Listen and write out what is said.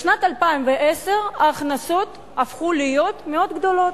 בשנת 2010 ההכנסות הפכו להיות מאוד גדולות,